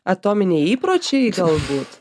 atominiai įpročiai galbūt